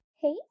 Hey